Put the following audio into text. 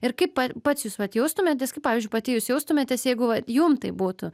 ir kaip pa pats jūs vat jaustumėtės kaip pavyzdžiui pati jūs jaustumėtės jeigu vat jum taip būtų